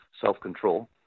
self-control